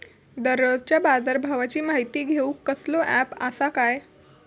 दररोजच्या बाजारभावाची माहिती घेऊक कसलो अँप आसा काय?